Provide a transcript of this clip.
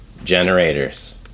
generators